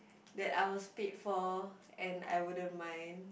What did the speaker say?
that I was paid for and I wouldn't mind